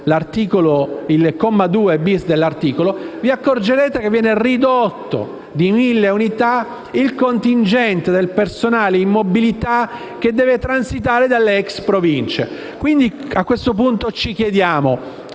vi accorgerete che viene ridotto di mille unità il contingente del personale in mobilità che deve transitare dalle ex Province.